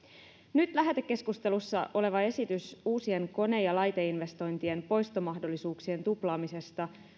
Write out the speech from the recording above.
nyt lähetekeskustelussa oleva esitys uusien kone ja laiteinvestointien poistomahdollisuuksien tuplaamisesta